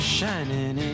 Shining